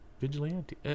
Vigilante